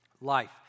life